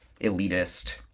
elitist